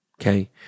Okay